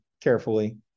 carefully